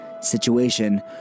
situation